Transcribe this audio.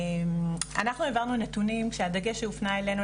אנחנו העברנו נתונים שהדגש שהופנה אלינו,